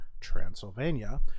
transylvania